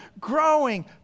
growing